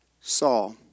Saul